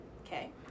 Okay